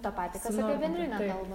tą patį kas apie bendrinę kalbą